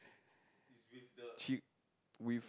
with